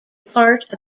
part